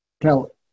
tell